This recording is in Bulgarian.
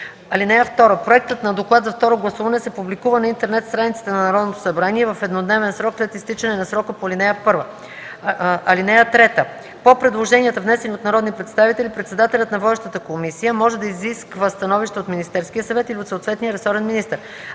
дни. (2) Проектът на доклад за второ гласуване се публикува на интернет страницата на Народното събрание в еднодневен срок след изтичане на срока по ал. 1. (3) По предложенията, внесени от народни представители, председателят на водещата комисия може да изисква становище от Министерския съвет или от съответния ресорен министър.